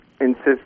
insist